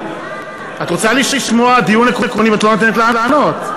את רוצה לשמוע דיון עקרוני ולא נותנת לענות.